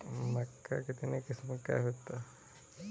मक्का कितने किस्म की होती है?